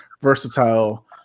versatile